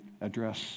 address